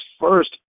first